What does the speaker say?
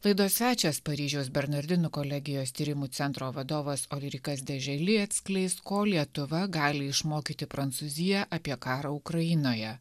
laidos svečias paryžiaus bernardinų kolegijos tyrimų centro vadovas oririkas dė želi atskleis ko lietuva gali išmokyti prancūziją apie karą ukrainoje